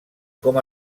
com